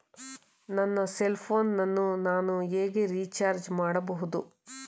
ನನ್ನ cell phone ಅನ್ನು ನಾನು ಹೇಗೆ ರಿಚಾರ್ಜ್ ಮಾಡಬಹುದು?